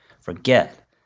forget